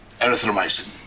Erythromycin